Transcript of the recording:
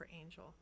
Angel